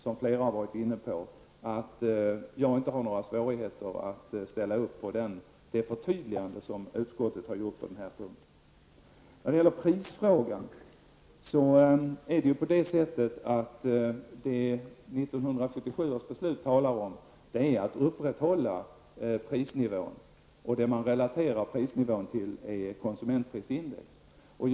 Jag ville gärna säga att jag inte har några svårigheter att ställa upp på det förtydligande utskottet gjort på denna punkt. När det gäller prisfrågan talas det i 1977 års beslut om att upprätthålla prisnivån. Man relaterar prisnivån till konsumentprisindex.